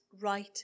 right